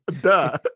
duh